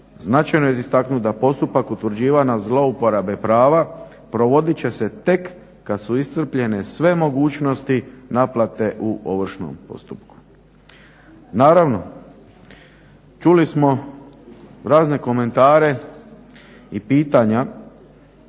Značajno je za istaknuti da postupak utvrđivanja zlouporabe prava provodit će se tek kad su iscrpljene sve mogućnosti naplate u ovršnom postupku. Naravno, čuli smo razne komentare i pitanja